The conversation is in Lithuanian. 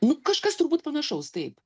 nu kažkas turbūt panašaus taip